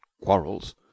quarrels